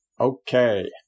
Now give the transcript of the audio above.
Okay